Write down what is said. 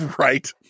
right